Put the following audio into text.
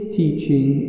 teaching